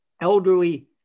elderly